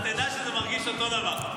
אז תדע שזה מרגיש אותו דבר.